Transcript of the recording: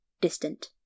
distant